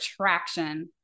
traction